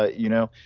ah you know,